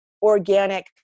organic